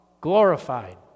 Glorified